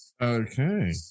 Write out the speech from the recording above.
Okay